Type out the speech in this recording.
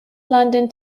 london